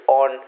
on